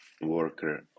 worker